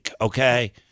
Okay